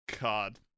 God